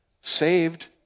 saved